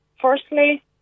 firstly